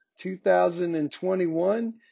2021